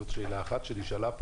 זו שאלה אחת שנשאלה,